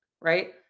right